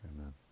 Amen